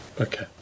Okay